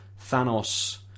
Thanos